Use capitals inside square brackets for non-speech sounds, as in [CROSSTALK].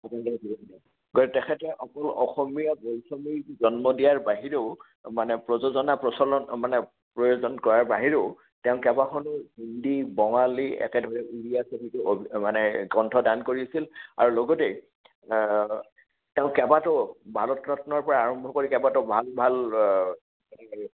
[UNINTELLIGIBLE] তেখেতে অকল অসমীয়া বোলছবিৰ জন্ম দিয়াৰ বাহিৰেও মানে প্ৰযোজনা প্ৰচলন মানে প্ৰয়োজন কৰাৰ বাহিৰেও তেওঁ কেইবাখনো হিন্দী বঙালী একেদৰে উৰিয়া ছবিকে মানে কণ্ঠদান কৰিছিল আৰু লগতে তেওঁ কেইবাটাও ভাৰতৰত্নৰ পৰা আৰম্ভ কৰি কেইবাটাও ভাল ভাল [UNINTELLIGIBLE]